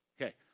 Okay